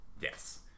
Yes